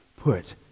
Put